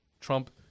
Trump